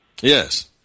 Yes